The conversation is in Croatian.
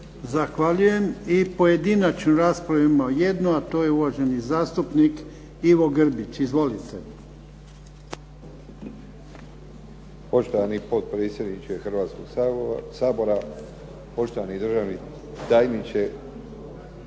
Zahvaljujem. I pojedinačnu raspravu imamo jednu, a to je uvaženi zastupnik Ivo Grbić. Izvolite. **Grbić, Ivo (HDZ)** Poštovani potpredsjedniče Hrvatskog sabora, poštovani državni tajniče,